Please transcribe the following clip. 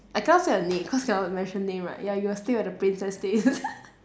I cannot say the name cannot mention name right ya you would stay at the princess place